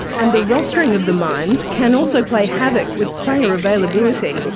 and the rostering of the mines can also play havoc with player availability.